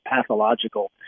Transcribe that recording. pathological